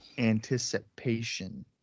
Anticipation